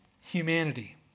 humanity